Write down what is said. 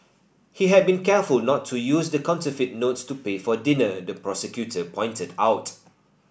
he had been careful not to use the counterfeit notes to pay for dinner the prosecutor pointed out